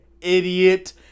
idiot